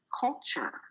culture